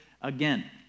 again